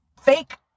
fake